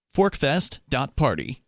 ForkFest.party